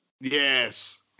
yes